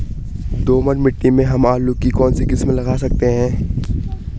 दोमट मिट्टी में हम आलू की कौन सी किस्म लगा सकते हैं?